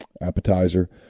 appetizer